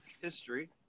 history